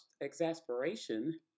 exasperation